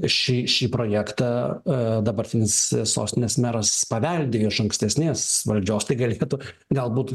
šį šį projektą dabartinis sostinės meras paveldėjo iš ankstesnės valdžios tai galėtų galbūt